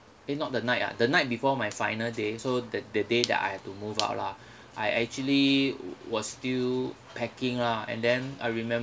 eh not the night ah the night before my final day so the the day that I have to move out lah I actually was still packing lah and then I remember